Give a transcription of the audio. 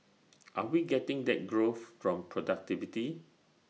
are we getting that growth from productivity